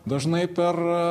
dažnai per